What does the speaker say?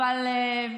לצאת החוצה?